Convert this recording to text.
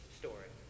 story